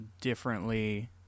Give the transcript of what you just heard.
differently